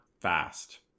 fast